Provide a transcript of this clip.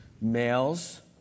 Males